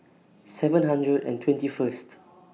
seven hundred and twenty First